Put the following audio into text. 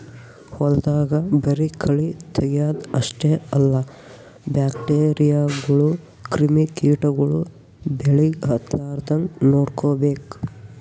ಹೊಲ್ದಾಗ ಬರಿ ಕಳಿ ತಗ್ಯಾದ್ ಅಷ್ಟೇ ಅಲ್ಲ ಬ್ಯಾಕ್ಟೀರಿಯಾಗೋಳು ಕ್ರಿಮಿ ಕಿಟಗೊಳು ಬೆಳಿಗ್ ಹತ್ತಲಾರದಂಗ್ ನೋಡ್ಕೋಬೇಕ್